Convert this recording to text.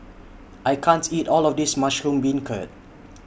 I can't eat All of This Mushroom Beancurd